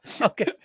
Okay